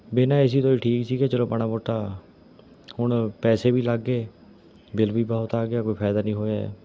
ਬਿਨਾਂ A C ਤੋਂ ਠੀਕ ਸੀਗੇ ਚਲੋ ਮਾੜਾ ਮੋਟਾ ਹੁਣ ਪੈਸੇ ਵੀ ਲੱਗ ਗਏ ਬਿੱਲ ਵੀ ਬਹੁਤ ਆ ਗਿਆ ਕੋਈ ਫਾਇਦਾ ਨਹੀਂ ਹੋਇਆ